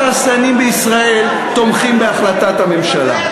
התעשיינים בישראל תומכים בהחלטת הממשלה,